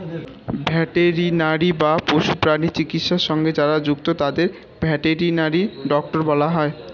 veterinary বা পশু প্রাণী চিকিৎসা সঙ্গে যারা যুক্ত তাদের ভেটেরিনারি ডক্টর বলা হয়